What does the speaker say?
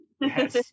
Yes